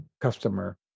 customer